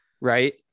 Right